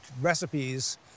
recipes